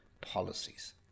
policies